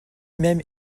même